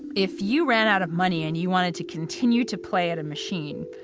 if you ran out of money and you wanted to continue to play at a machine,